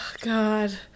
God